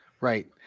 right